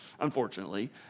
unfortunately